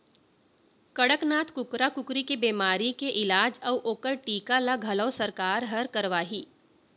कड़कनाथ कुकरा कुकरी के बेमारी के इलाज अउ ओकर टीका ल घलौ सरकार हर करवाही